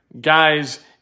guys